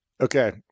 okay